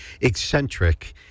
eccentric